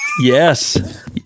Yes